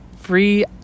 free